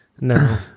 No